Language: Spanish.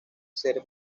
ser